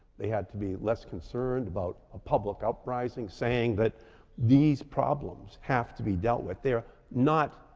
they had to be less concerned about a public uprising saying that these problems have to be dealt with. they're not.